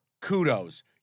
Kudos